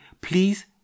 please